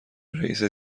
رئیست